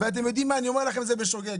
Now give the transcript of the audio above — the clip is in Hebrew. ואתם יודעים מה - אני אומר לכם שזה בשוגג,